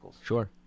Sure